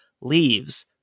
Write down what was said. leaves